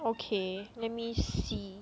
okay let me see